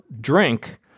drink